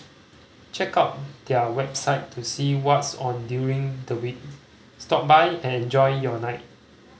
check out their website to see what's on during the week stop by and enjoy your night